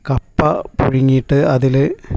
കപ്പ പുഴുങ്ങിയിട്ട് അതിൽ